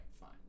fine